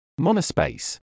Monospace